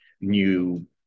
new